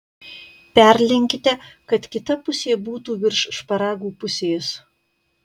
perlenkite kad kita pusė būtų virš šparagų pusės